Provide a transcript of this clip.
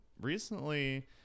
recently